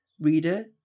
Reader